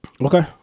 Okay